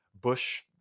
Bush